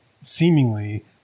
seemingly